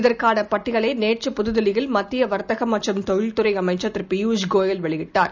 இதற்கானபட்டியலைநேற்று புதுதில்லியில் மத்தியவர்த்தகமற்றும் தொழில்துறைஅமைச்சர் திருபியூஷ் கோயல் வெளியிட்டார்